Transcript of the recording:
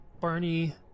Barney